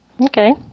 Okay